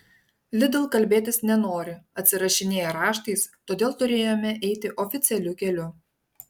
lidl kalbėtis nenori atsirašinėja raštais todėl turėjome eiti oficialiu keliu